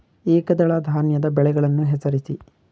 ಏಕದಳ ಧಾನ್ಯದ ಬೆಳೆಗಳನ್ನು ಹೆಸರಿಸಿ?